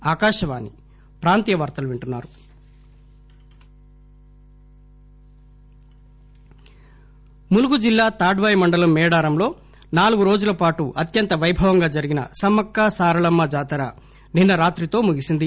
మేడారం ములుగు జిల్లా తాడ్పాయి మండలం మేడారం లో నాలుగు రోజులపాటు అత్యంత పైభవంగా జరిగిన సమ్మక్క సారలమ్మ జాతర నిన్స రాత్రితో ముగిసింది